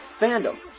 Fandom